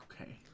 okay